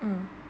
mm